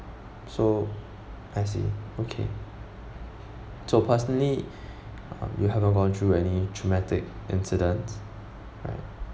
so I see okay so personally um you haven't gone through any traumatic incidents ya